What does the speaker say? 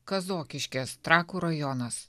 kazokiškės trakų rajonas